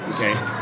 okay